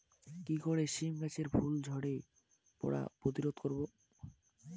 কি করে সীম গাছের ফুল ঝরে পড়া প্রতিরোধ করব?